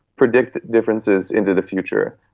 predict differences into the future,